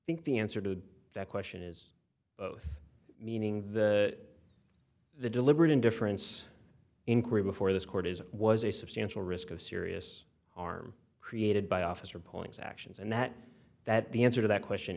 is think the answer to that question is meaning that the deliberate indifference inquiry before this court is was a substantial risk of serious arm created by officer points actions and that that the answer to that question